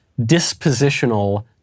dispositional